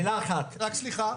סליחה.